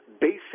basic